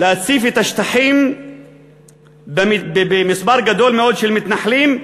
להציף את השטחים במספר גדול מאוד של מתנחלים,